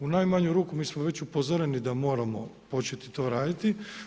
U najmanju ruku mi smo već upozoreni da moramo početi to raditi.